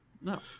no